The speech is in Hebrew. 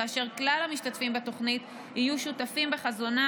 כאשר כלל המשתתפים בתוכנית יהיו שותפים בחזונה